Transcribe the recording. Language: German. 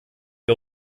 die